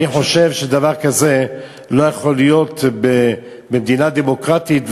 אני חושב שדבר כזה לא יכול להיות במדינה דמוקרטית,